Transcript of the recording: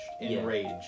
Enraged